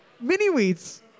Mini-wheats